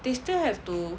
they still have to